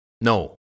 No